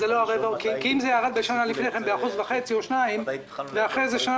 אם זה ירד בשנה לפני כן ב-1.5% או 2% ואחרי שנה